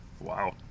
Wow